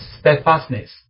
steadfastness